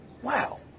Wow